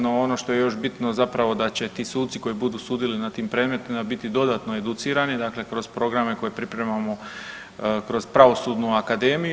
No ono što je još bitno zapravo da će ti suci koji budu sudili na tim predmetima biti dodatno educirani dakle kroz programe koje pripremamo kroz Pravosudnu akademiju.